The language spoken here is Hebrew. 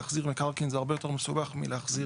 להחזיר מקרקעין זה הרבה יותר מסובך מלהחזיר